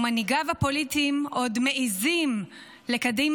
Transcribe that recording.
ומנהיגיו הפוליטיים עוד מעיזים לקדם